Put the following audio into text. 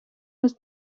was